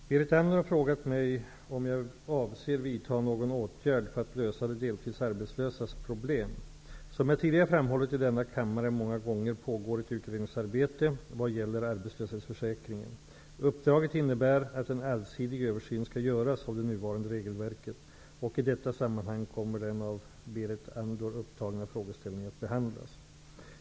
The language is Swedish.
Herr talman! Berit Andnor har frågat mig om jag avser vidta någon åtgärd för att lösa de deltidsarbetslösas problem. Som jag tidigare framhållit i denna kammare många gånger pågår ett utredningsarbete vad gäller arbetslöshetsförsäkringen. Uppdraget innebär att en allsidig översyn skall göras av det nuvarande regelverket. I detta sammanhang kommer den av Berit Andnor upptagna frågeställningen att behandlas.